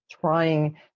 trying